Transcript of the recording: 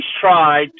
tried